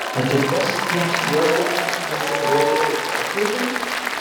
atiduosi tiems juodgalviams mūsų kraują ir prakaitą